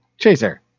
Chaser